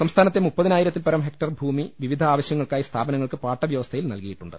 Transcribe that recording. സംസ്ഥാനത്തെ മുപ്പതിനായിരത്തിൽപ്പരം ഹെക്ടർ ഭൂമി വിവിധ ആവശ്യങ്ങൾക്കായി സ്ഥാപനങ്ങൾക്ക് പാട്ടവ്യവസ്ഥ യിൽ നൽകിയിട്ടുണ്ട്